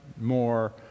more